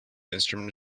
instrument